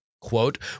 Quote